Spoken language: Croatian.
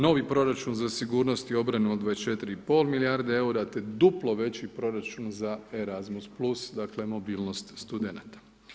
Novi proračun za sigurnost i obranu od 24 i pol milijarde EUR-a, te duplo veći proračun za e-razmus plus, dakle, mobilnost studenata.